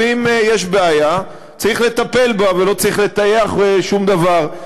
ואם יש בעיה צריך לטפל בה ולא צריך לטייח שום דבר.